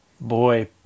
Boy